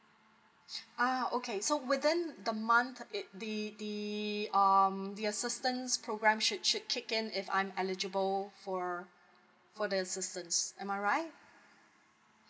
ah okay so within the month it the the um the assistance program should should kick in if I'm eligible for for the assistance am I right